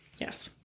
Yes